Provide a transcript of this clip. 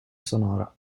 sonora